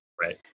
Right